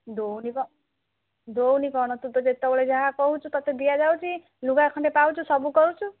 ଦଉନି କ ଦଉନି କ'ଣ ତୁ ତ ଯେତେବେଳେ ଯାହା କହୁଛୁ ତତେ ଦିଆ ଯାଉଛି ଲୁଗା ଖଣ୍ଡେ ପାଉଛୁ ସବୁ କରୁଛୁ